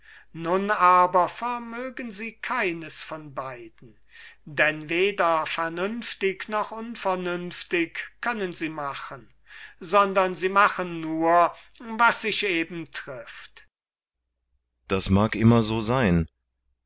nun aber vermögen sie keines von beiden denn weder vernünftig noch unvernünftig können sie machen sondern sie machen nur was sich eben trifft kriton das mag immer so sein